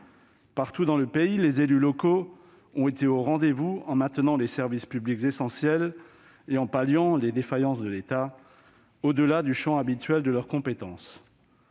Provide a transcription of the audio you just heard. Partout dans le pays, les élus locaux ont été au rendez-vous en maintenant les services publics essentiels et en palliant les défaillances de l'État, au-delà du champ habituel de leurs compétences.